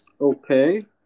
Okay